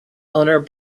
owner